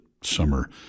summer